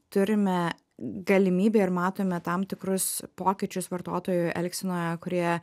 turime galimybę ir matome tam tikrus pokyčius vartotojų elgsenoje kurie